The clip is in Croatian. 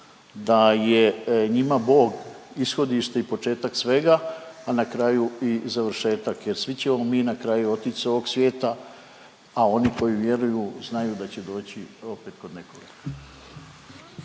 da je njima Bog ishodište i početak svega, a na kraju i završetak jer svi ćemo mi na kraju otići s ovog svijeta, a oni koji vjeruju znaju da će doći opet kod nekoga.